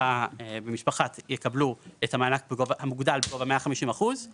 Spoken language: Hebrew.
יקבלו את המענק המוגדל בגובה 150%;